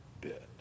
bit